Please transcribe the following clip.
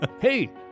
Hey